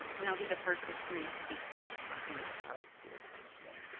and i'll be the first of three speakers talking about suicide today.